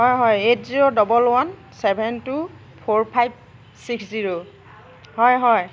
হয় হয় eight zero double one seven two four five six zero হয় হয়